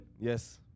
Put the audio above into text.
Yes